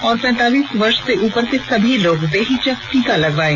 और पैंतालीस वर्ष से उपर के सभी लोग बेहिचक टीका लगवायें